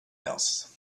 else